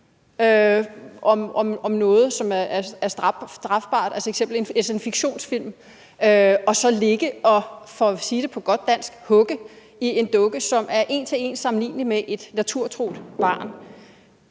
om noget, som er strafbart, altså fiktion, og så at ligge og, for at sige det på godt dansk, hugge i en naturtro dukke, som en til en er sammenlignelig med et barn. Jeg kan